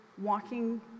walking